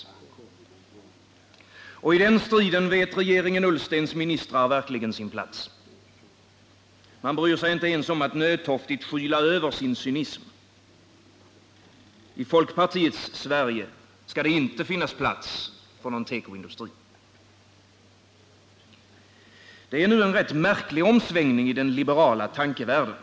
Och i den striden vet regeringen Ullstens ministrar verkligen sin plats. Man bryr sig inte ens om att nödtoftigt skyla över sin cynism. I folkpartiets Sverige skall det inte finnas plats för någon tekoindustri. Det är en rätt märklig omsvängning i den liberala tankevärlden.